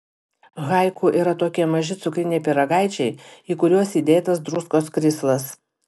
haiku yra tokie maži cukriniai pyragaičiai į kuriuos įdėtas druskos krislas